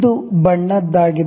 ಇದು ಬಣ್ಣದ್ದಾಗಿದೆ